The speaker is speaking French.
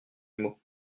animaux